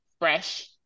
fresh